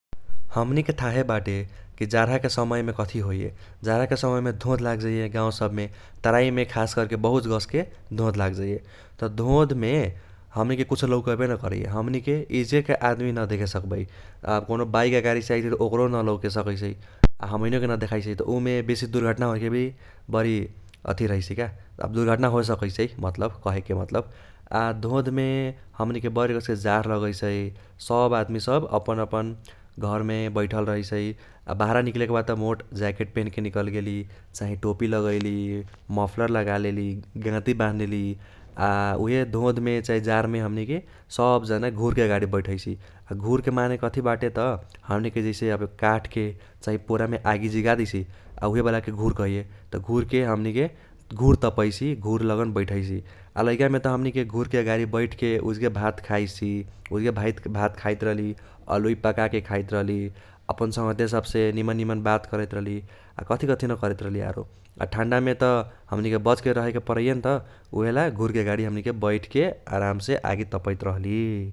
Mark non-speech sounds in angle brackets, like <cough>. हमनीके थाहे बाटे कि जारहाके समयमे कथी होइये। जारहाके समयमे धोंध लाग जाइये गाउ सबमे । तराइमे खास करके बहुत गस्के धोंध लाग जाइये। त धोंधमे हमनीके कुछो लौकैबे न करैये। हमनीके इजगेके आदमनी न देखे सक्बै। आब कौनो बाइक आगारीसे आइसै त ओकारो न लौके सकैसै, <noise> आ हमनियोके न देखाइसै। त उमे बेसी दुर्घटना होएके भी बरी अथि रहैसै का, आब दुर्घटना होए सकैसै मतलब कहेके मतलब । आ धोंधमे हमनीके बरी गस्के जाढ लगैसै, सब आदमी सब आपन अपन घरमे बैठल रहैसै, आ बाहारा निक्लेके बा त मोट ज्याकेट पेहेनके निकल गेली ,चाहे टोपी लगैली, मफ्लर लगालेली, गाती बाह्न लेली आ उहे धोंधमे चाही जारहमे हमनीके सब जाना घूरके आगारी बैठैसि। आ घूरके माने कथी बाटे त हमनीके जैसे काठके चाही पोरामे आगी जिगादेइसि आ उइहे बालाके घूर कहैये। त घूरके हमनीके घूर तपैसि घूर लगन बैठैसि, आ लैकामे त हमनीके घूरके आगारी बैठके उजगे भात खाइसी, उजगे <unintelligible> भात खाइत रहली, अलुई पकाके खाइत रहली, अपन सागहतीया सबसे निमन निमन बात करैत रहली आ कथी कथी न करैत रहली आरो। आ ठानदामे त हमनीके बचके रहेके परैये न त उहेला घूरके आगारी हमनीके बैठके आरामसे आगी तपैत रहली ।